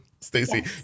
Stacey